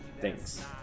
Thanks